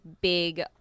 big